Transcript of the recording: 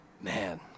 man